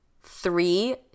Three